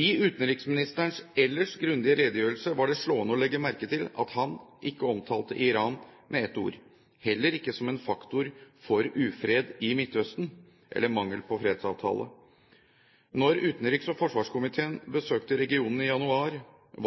I utenriksministerens ellers grundige redegjørelse var det slående å legge merke til at han ikke omtalte Iran med ett ord – heller ikke som en faktor for ufred i Midtøsten eller mangel på fredsavtale. Da utenriks- og forsvarskomiteen besøkte regionen i januar,